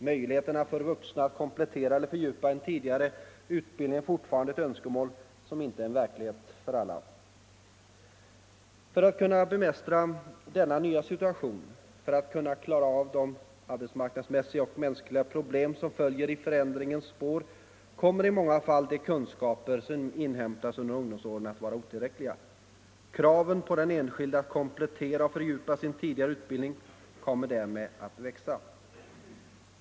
Möjligheterna för vuxna att komplettera eller fördjupa en tidigare utbildning är fortfarande ett önskemål som inte är en verklighet för alla. För att kunna bemästra denna nya situation och för att kunna lösa de arbetsmarknadsmässiga och mänskliga problem som följer i förändringens spår kommer i många fall de kunskaper som inhämtats under ungdomsåren att vara otillräckliga. Kraven på den enskilde att komplettera och fördjupa sin tidigare utbildning kommer därmed att växa.